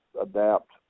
adapt